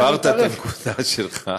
הבהרת את הנקודה שלך.